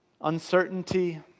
uncertainty